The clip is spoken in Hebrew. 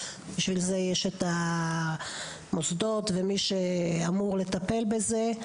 בשביל זה יש את המוסדות, ומי שאמור לטפל בזה.